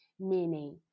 meaning